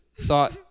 thought